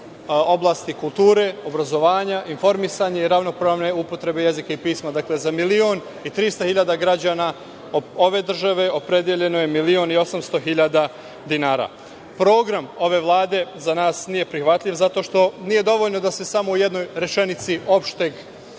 oblasti kulture, obrazovanja, informisanja i ravnopravne upotrebe jezika i pisma. Dakle, za 1.300.000 građana ove države opredeljeno je 1.800.000 dinara. Program ove Vlade za nas nije prihvatljiv, zato što nije dovoljno da se samo u jednoj rečenici opšteg